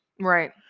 Right